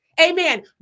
Amen